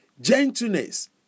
Gentleness